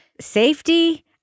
safety